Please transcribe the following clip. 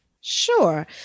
Sure